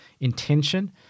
intention